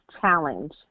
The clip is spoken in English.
challenge